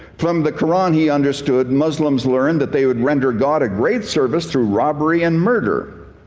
from the quran he understood muslims learned that they would render god a great service through robbery and murder.